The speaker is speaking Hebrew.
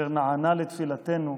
אשר נענה לתפילתנו,